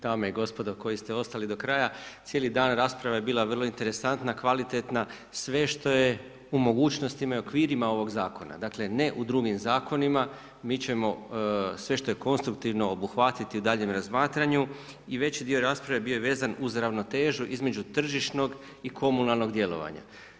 Cijenjene dame i gospodo koji ste ostali do kraja, cijeli dan rasprava je vrlo interesantna, kvalitetna, sve što je u mogućnostima i okvirima ovog zakona. dakle ne u drugim zakonima, mi ćemo sve što je konstruktivno obuhvatiti dalje na razmatranju i veći dio rasprave bio je vezan uz ravnotežu između tržišnog i komunalnog djelovanja.